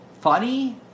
funny